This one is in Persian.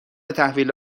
تحویل